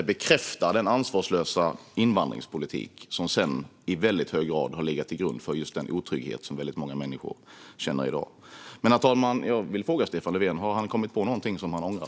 Det bekräftar den ansvarslösa invandringspolitik som sedan i väldigt hög grad har legat till grund för just den otrygghet som många människor känner i dag. Herr talman! Jag vill fråga Stefan Löfven: Har han kommit på någonting som han ångrar?